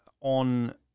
on